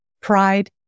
pride